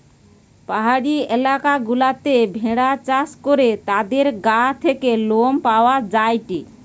পাহাড়ি এলাকা গুলাতে ভেড়া চাষ করে তাদের গা থেকে লোম পাওয়া যায়টে